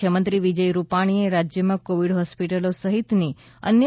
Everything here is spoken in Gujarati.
મુખ્યમંત્રી વિજય રૂપાણીએ રાજ્યમાં કોવિડ હોસ્પિટલો સહિતની અન્ય